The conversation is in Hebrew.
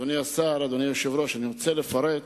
אדוני השר, אדוני היושב-ראש, אני רוצה לפרט